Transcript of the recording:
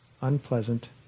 unpleasant